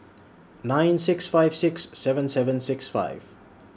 nine six five six seven seven six five